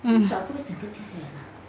um